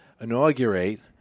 inaugurate